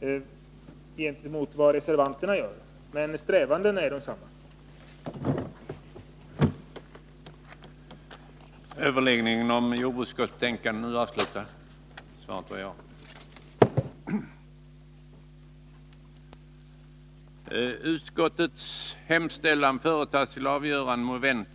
än reservanterna gör, men strävandena är desamma. Organisation och